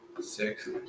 six